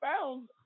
found